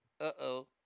Uh-oh